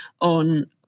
on